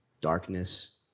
darkness